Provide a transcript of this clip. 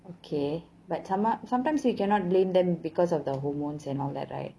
okay but some~ sometimes you cannot blame them because of the hormones and all that right